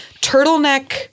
turtleneck